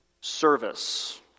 service